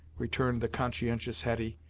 returned the conscientious hetty,